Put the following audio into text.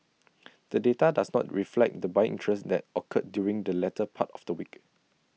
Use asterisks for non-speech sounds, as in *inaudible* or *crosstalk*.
*noise* the data does not reflect the buying interest that occurred during the latter part of the week